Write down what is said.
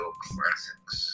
classics